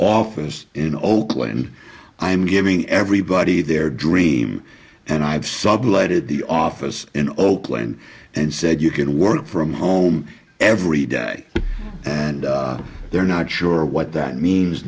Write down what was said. office in oakland i am giving everybody their dream and i've sublet it the office in oakland and said you can work from home every day and they're not sure what that means